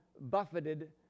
buffeted